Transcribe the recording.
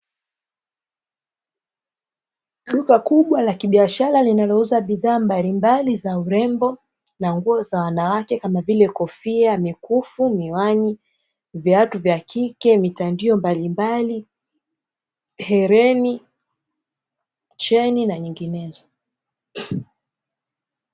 Duka kubwa la kibiashara linalouza bidhaa mbalimbali za urembo na nguo za wanawake kama vile kofia, mikufu, miwani, viatu vya kike, mitandio mbalimbali, hereni, cheni na mengineyo.